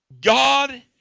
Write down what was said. God